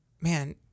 man